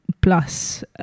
Plus